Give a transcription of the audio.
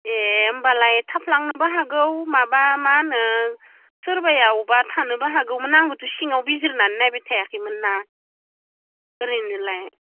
ए होनबालाय थाब लांनोबो हागौ माबा मा होनो सोरबाया बबावबबा थानोबो हागौमोन आंबोथ' सिङाव बिजिरनानै नायबायथायाखैमोनना ओरैनोलाय